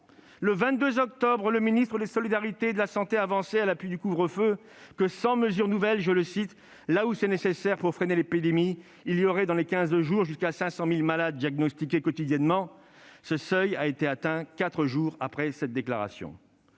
Le 22 octobre, le ministre des solidarités et de la santé avançait, à l'appui du couvre-feu que :« sans mesures nouvelles là où c'est nécessaire pour freiner l'épidémie, il y aurait dans les quinze jours jusqu'à 50 000 malades diagnostiqués quotidiennement ». Ce seuil a été atteint quatre jours après cette déclaration.